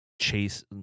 chase